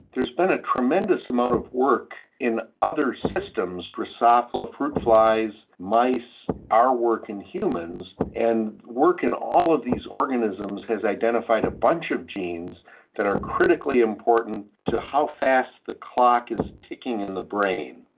there's been a tremendous amount of work in other systems, drosophila fruit flies, mice, our work in humans, and work in all of these organisms has identified a bunch of genes that are critically important to how fast the clock is ticking in the brain,